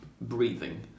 breathing